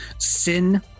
Sin